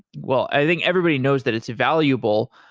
well, i think everybody knows that it's valuable,